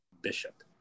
bishop